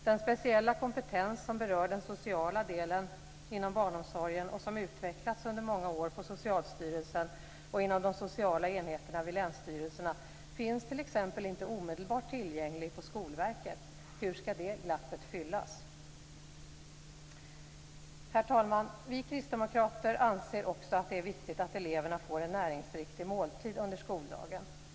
Den speciella kompetens som berör den sociala delen inom barnomsorgen och som utvecklats under många år på Socialstyrelsen och inom de sociala enheterna vid länsstyrelserna finns t.ex. inte omedelbart tillgänglig på Skolverket. Hur skall det glappet fyllas? Herr talman! Vi kristdemokrater anser att det är viktigt att eleverna får en näringsriktig måltid under skoldagen.